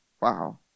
Wow